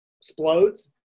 explodes